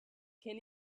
can